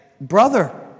brother